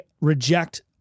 reject